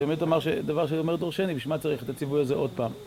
באמת דבר שאומר דרשני, בשביל מה צריך את הציווי הזה עוד פעם.